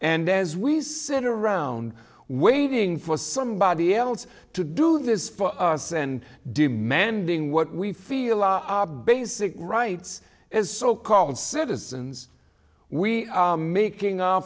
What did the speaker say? and as we sit around waiting for somebody else to do this for us and demanding what we feel our basic rights as so called citizens we making our